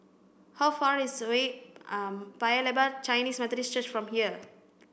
how far is away Paya Lebar Chinese Methodist Church from here